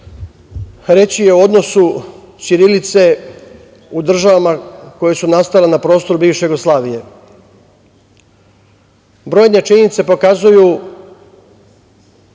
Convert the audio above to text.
reći o odnosu ćirilice u državama koje su nastale na prostoru bivše Jugoslavije. Brojne činjenice pokazuju